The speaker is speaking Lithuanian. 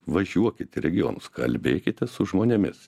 važiuokit į regionus kalbėkite su žmonėmis